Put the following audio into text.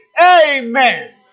Amen